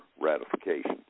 ratification